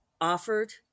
offered